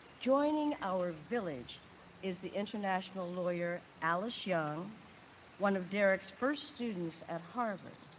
joining our village is the international lawyer, alice young one of derrick's first students at harvard.